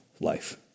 life